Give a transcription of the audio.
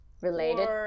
related